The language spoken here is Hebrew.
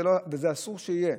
ואסור שזה יהיה.